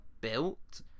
built